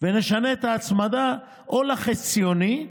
ונשנה את ההצמדה לחציוני,